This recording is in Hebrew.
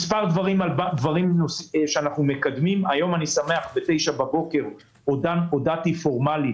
מספר דברים שאנחנו מקדמים: היום ב-9 בבוקר הודעתי פורמלית